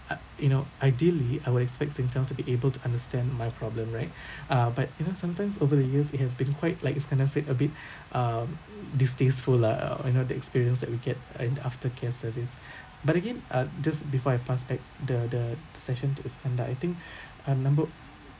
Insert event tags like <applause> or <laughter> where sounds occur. uh you know ideally I would expect Singtel to be able to understand my problem right <breath> uh but you know sometimes over the years it has been quite like iskandar said a bit <breath> uh distasteful lah you know that experience that we get and aftercare service <breath> but again uh just before I pass back the the session to iskandar I think <breath> I remember